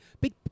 big